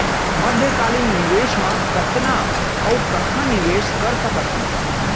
मध्यकालीन निवेश म कतना अऊ कहाँ निवेश कर सकत हन?